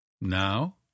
Now